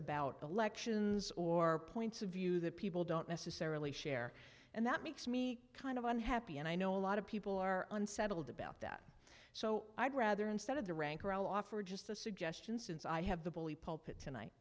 about elections or points of view that people don't necessarily share and that makes me kind of unhappy and i know a lot of people are unsettled about that so i'd rather instead of the rancor i'll offer just a suggestion since i have the